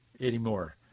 anymore